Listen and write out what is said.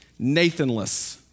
Nathanless